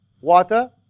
water